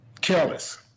Careless